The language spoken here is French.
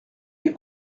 les